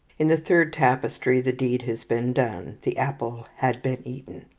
in the third tapestry the deed has been done, the apple had been eaten.